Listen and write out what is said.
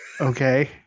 okay